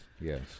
Yes